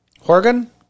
Horgan